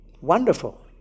Wonderful